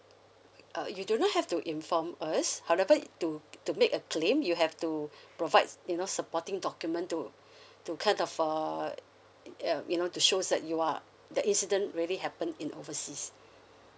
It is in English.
uh you do not have to inform us however to to make a claim you have to provides you know supporting document to to kind of uh you know to shows that you are the incident really happen in overseas